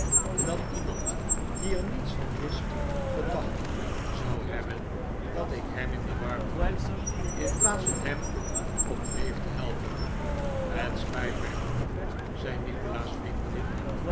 dat iemand die er niets van wist gedacht zou hebben dat ik hem in de war bracht in plaats van hem op dreef te helpen het spijt mij moeder zei nikolaas vriendelijk